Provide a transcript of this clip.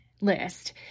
list